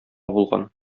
булган